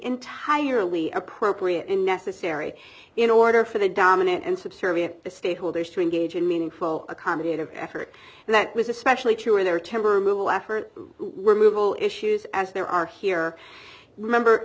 entirely appropriate and necessary in order for the dominant and subservient the stakeholders to engage in meaningful accommodative effort and that was especially true in their temperamental effort removal issues as there are here remember